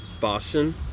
Boston